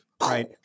Right